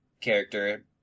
character